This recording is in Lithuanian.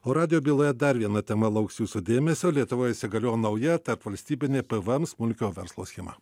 o radijo byloje dar viena tema lauks jūsų dėmesio lietuvoj įsigaliojo nauja tarpvalstybinė pvm smulkiojo verslo schema